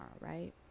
right